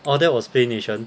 orh that was Play Nation